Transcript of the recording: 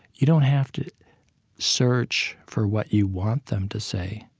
you don't have to search for what you want them to say.